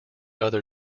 other